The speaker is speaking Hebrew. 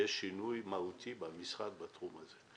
שיש שינוי מהותי במשרד בתחום הזה.